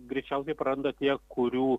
greičiausiai praranda tie kurių